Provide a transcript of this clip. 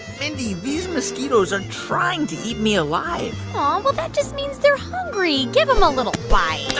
mindy, these mosquitoes are trying to eat me alive oh, um well, that just means they're hungry. give them a little bite